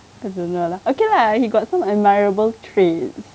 I don't know lah okay lah he got some admirable traits